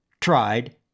tried